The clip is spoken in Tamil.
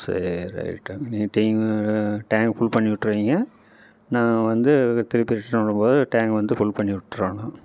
சரி ரைட்டுங்க நீங்கள் டேங்க் ஃபுல் பண்ணி விட்ருவீங்க நான் வந்து திருப்பி ரிட்டன் வரும்போது டேங்கை வந்து ஃபுல் பண்ணி விட்றனும்